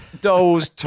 Dolls